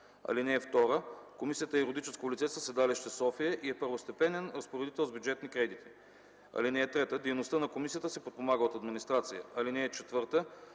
орган. (2) Комисията е юридическо лице със седалище София и е първостепенен разпоредител с бюджетни кредити. (3) Дейността на комисията се подпомага от администрация. (4)